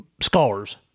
scars